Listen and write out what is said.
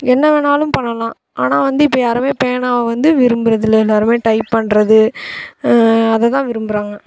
என்ன வேணாலும் பண்ணலாம் ஆனால் வந்து இப்போ யாரும் பேனாவை வந்து விரும்புகிறது இல்லை எல்லோருமே டைப் பண்ணுறது அதை தான் விரும்புகிறாங்க